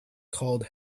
called